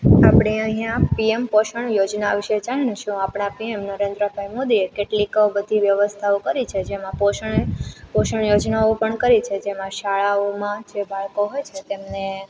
આપણે અહીંયા પીએમ પોષણ યોજના વિષે જાણીશું આપણા પીએમ નરેન્દ્રભાઈ મોદીએ કેટલીક બધી વ્યવસ્થાઓ કરી છે જેમાં પોષણ પોષણ યોજનાઓ પણ કરી છે જેમાં શાળાઓમાં જે બાળકો હોય છે તેમને